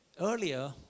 earlier